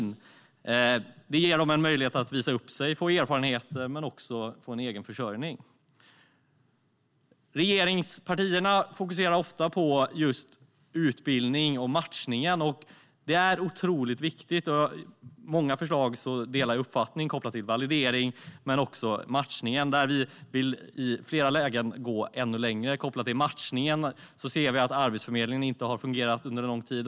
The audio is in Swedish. Vi vill ge dem en möjlighet att visa upp sig, få erfarenheter och egen försörjning. Regeringspartierna fokuserar ofta på utbildning och matchning. Det är otroligt viktigt. Jag delar uppfattningen i många av förslagen som är kopplade till validering och matchning. Centerpartiet vill i flera lägen gå ännu längre. I fråga om matchning har Arbetsförmedlingen under lång tid inte fungerat.